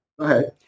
Okay